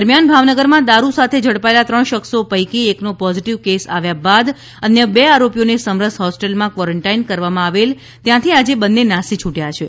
દરમિયાન ભાવનગરમાં દારૂ સાથે ઝડપાયેલા ત્રણ શખ્સો પૈકી એકનો પોઝીટીવ કેસ આવ્યા બાદ અન્ય બે આરોપીઓને સમરસ હોસ્ટેલમાં ક્વોરોન્ટાઇન કરવામાં આવેલ ત્યાંથી આજે બંન્ને નાસી છૂટ્યા છે